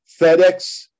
FedEx